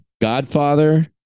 Godfather